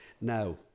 now